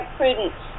prudence